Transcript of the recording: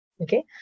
okay